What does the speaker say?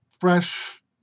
fresh